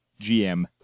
GM